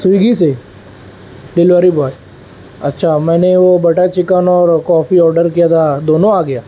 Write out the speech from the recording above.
Swiggy سے delivery boy اچھا میں نے وہ بٹر چکن اور کافی آڈر کیا تھا دونوں آ گیا